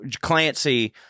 clancy